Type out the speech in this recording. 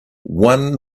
one